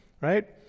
Right